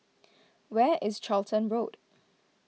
where is Charlton Road